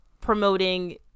promoting